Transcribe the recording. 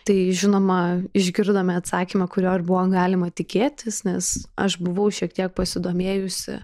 tai žinoma išgirdome atsakymą kurio ir buvo galima tikėtis nes aš buvau šiek tiek pasidomėjusi